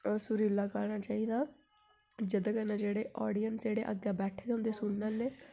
और सुरीला गाना चाहिदा जेह्दे कन्नै जेह्ड़े ऑडिन्स जेह्ड़े अग्गै बैठे दे होंदे सुनने आह्ले